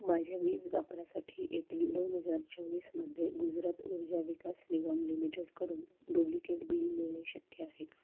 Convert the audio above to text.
माझ्या वीज वापरासाठी एप्रिल दोन हजार चोवीसमध्ये गुजरात ऊर्जा विकास निगम लिमिटेड करून डुप्लिकेट बिल मिळणे शक्य आहे